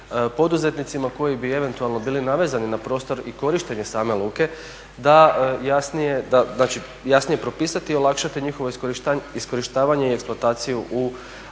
poduzetnicima koji bi eventualno bili navezani na prostor i korištenje same luke da jasnije, da će jasnije propisati i olakšati njihovo iskorištavanje i eksploataciju u